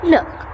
Look